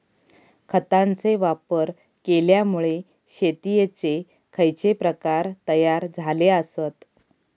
खतांचे वापर केल्यामुळे शेतीयेचे खैचे प्रकार तयार झाले आसत?